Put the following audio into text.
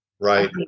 Right